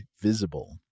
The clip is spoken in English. Visible